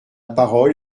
parole